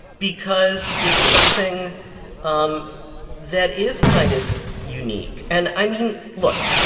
because it's something um that is kind of unique. and, i mean, look.